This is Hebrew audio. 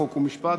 חוק ומשפט.